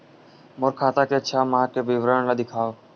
मोर खाता के छः माह के विवरण ल दिखाव?